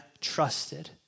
trusted